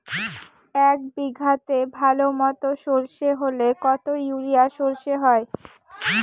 এক বিঘাতে ভালো মতো সর্ষে হলে কত ইউরিয়া সর্ষে হয়?